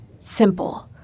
simple